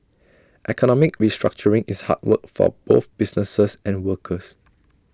economic restructuring is hard work for both businesses and workers